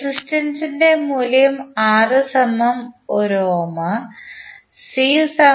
resistance ന്റെ മൂല്യം R 1Ω C 0